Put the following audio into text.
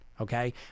Okay